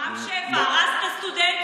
רם שפע הרס את הסטודנטים.